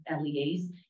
LEAs